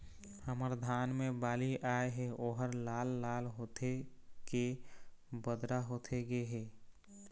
हमर धान मे बाली आए हे ओहर लाल लाल होथे के बदरा होथे गे हे?